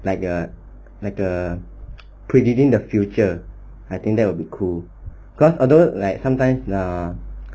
like uh 那个 predicting the future I think that would be cool cause otherwise like sometimes err